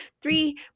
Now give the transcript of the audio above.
Three